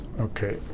Okay